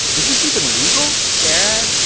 is this even legal? sarah,